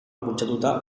bultzatuta